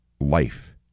life